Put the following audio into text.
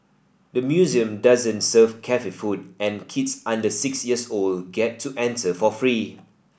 the museum doesn't serve cafe food and kids under six years old get to enter for free